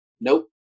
Nope